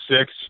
six